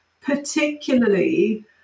particularly